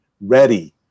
ready